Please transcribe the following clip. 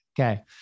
okay